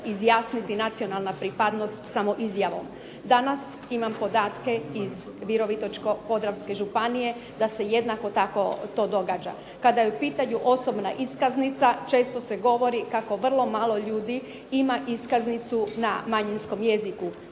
izjasniti nacionalna pripadnost samo izjavom. Danas imam podatke iz Virovitičko-podravske županije da se jednako tako to događa. Kada je u pitanju osobna iskaznica često se govori kako vrlo malo ljudi ima iskaznicu na manjinskom jeziku.